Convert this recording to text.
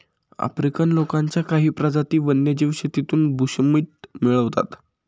African लोकांच्या काही प्रजाती वन्यजीव शेतीतून बुशमीट मिळवतात